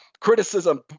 criticism